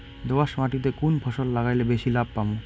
দোয়াস মাটিতে কুন ফসল লাগাইলে বেশি লাভ পামু?